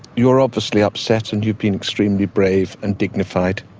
you're obviously upset and you've been extremely brave and dignified.